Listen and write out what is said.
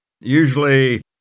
usually